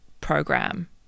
program